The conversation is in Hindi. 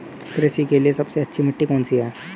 कृषि के लिए सबसे अच्छी मिट्टी कौन सी है?